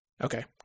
Okay